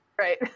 Right